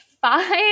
five